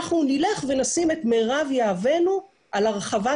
אנחנו נלך ונשים את מירב יהבנו על הרחבת